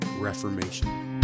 reformation